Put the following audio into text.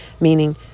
meaning